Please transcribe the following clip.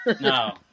no